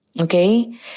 Okay